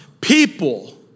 people